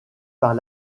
par